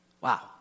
Wow